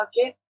Okay